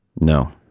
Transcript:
No